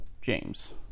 James